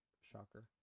Shocker